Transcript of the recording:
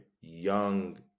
young